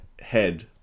head